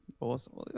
Awesome